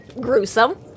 gruesome